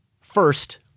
First